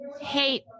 hate